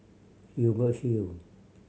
Hubert Hill